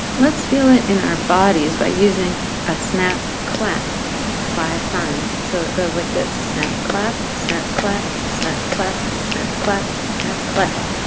let's feel it in our bodies by using a snap clap five times. so it goes like this snap clap snap clap snap clap snap clap snap clap.